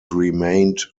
remained